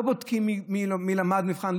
לא בודקים מי למד למבחן,